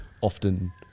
often